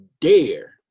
dare